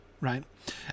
right